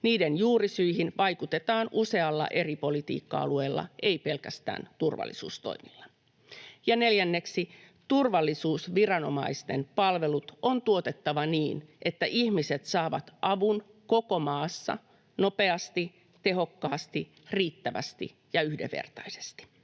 Niiden juurisyihin vaikutetaan usealla eri politiikka-alueella, ei pelkästään turvallisuustoimilla. Ja neljänneksi, turvallisuusviranomaisten palvelut on tuotettava niin, että ihmiset saavat avun koko maassa nopeasti, tehokkaasti, riittävästi ja yhdenvertaisesti.